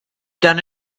done